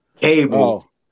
cable